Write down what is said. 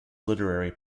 literary